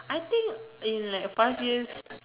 I think in like past few years